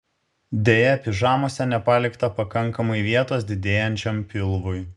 deja pižamose nepalikta pakankamai vietos didėjančiam pilvui